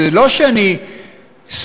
שזה לא שאני סומך,